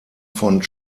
von